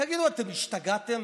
תגידו, אתם השתגעתם?